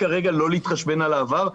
לא נתחשבן על העבר.